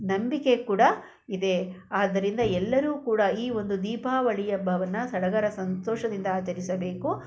ನಂಬಿಕೆ ಕೂಡ ಇದೆ ಆದ್ದರಿಂದ ಎಲ್ಲರೂ ಕೂಡ ಈ ಒಂದು ದೀಪಾವಳಿ ಹಬ್ಬವನ್ನ ಸಡಗರ ಸಂತೋಷದಿಂದ ಆಚರಿಸಬೇಕು